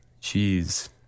Jeez